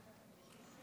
כנראה.